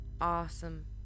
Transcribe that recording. awesome